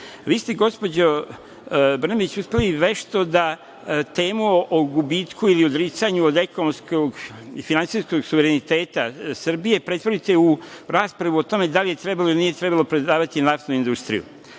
vi ste uspeli vešto da temu o gubitku ili odricanju od ekonomskog i finansijskog suvereniteta Srbije pretvorite u raspravu o tome da li je trebalo ili nije trebalo prodavati naftnu industriju.